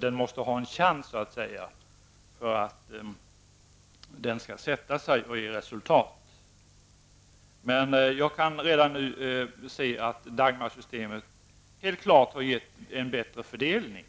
Det måste ha en chans att så att säga sätta sig och ge resultat. Men jag kan redan nu säga att det är helt klart att Dagmarsystemet har givit en bättre fördelning.